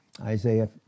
Isaiah